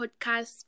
podcast